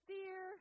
Fear